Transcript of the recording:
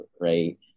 right